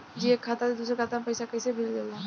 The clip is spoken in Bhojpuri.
जी एक खाता से दूसर खाता में पैसा कइसे भेजल जाला?